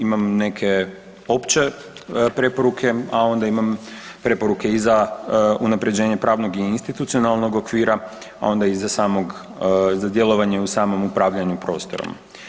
Imam neke opće preporuke a onda imam preporuke i za unaprjeđenje pravnog i institucionalnog okvira a onda i za samo djelovanje u samom upravljanju prostorom.